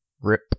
Rip